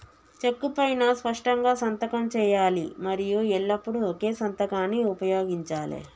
చెక్కు పైనా స్పష్టంగా సంతకం చేయాలి మరియు ఎల్లప్పుడూ ఒకే సంతకాన్ని ఉపయోగించాలే